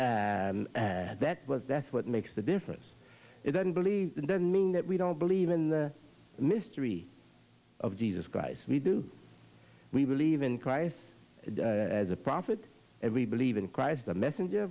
stop that was that's what makes the difference it doesn't believe doesn't mean that we don't believe in the mystery of jesus christ we do we believe in christ as a prophet every believe in christ the messenger